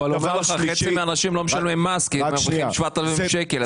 חצי מהאנשים לא משלמים מס כי הם מרוויחים 7,000 שקל.